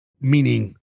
meaning